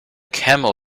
camel